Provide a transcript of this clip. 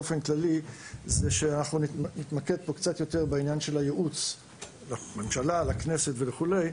אנחנו נתמקד פה קצת יותר בעניין של הייעוץ לממשלה ולכנסת וכדומה,